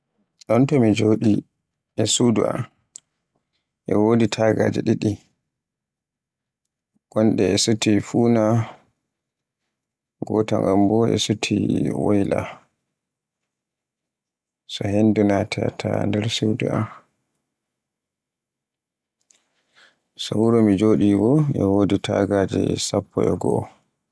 Ɗonto mi joɗi suudu am e wodi taagaje ɗiɗi, gonɗe e suti funa, ngiya ngan bo e suti woyla, so hendu natata nder suudu am. So wuro mi jo bo e wodi taagaje sappo e goo.